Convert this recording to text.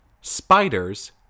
spiders